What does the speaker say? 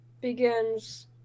begins